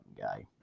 guy